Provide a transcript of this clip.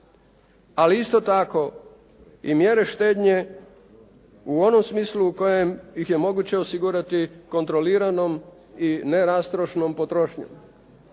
ali isto tako i mjere štednje u onom smislu u kojem ih je moguće osigurati kontroliranom i ne rastrošnom potrošnjom,